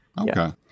Okay